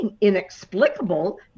inexplicable